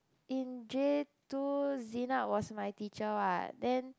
in J two Zena was my teacher what then